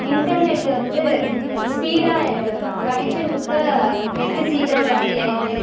internet வந்து ஸ்பீடாக connection கொடுத்தா நெட் சீக்கிரம் காலி ஆயிடுது